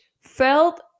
felt